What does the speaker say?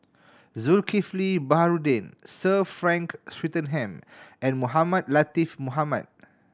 Zulkifli Baharudin Sir Frank Swettenham and Mohamed Latiff Mohamed